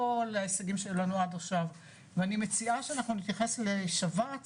ההישגים שלנו עד עכשיו ואני מציעה שאנחנו נתייחס לשבץ,